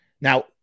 Now